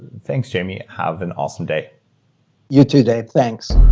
thanks, jamie. have an awesome day you too, dave. thanks